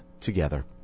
together